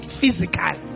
physical